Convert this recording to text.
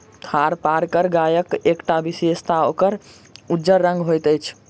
थारपारकर गायक एकटा विशेषता ओकर उज्जर रंग होइत अछि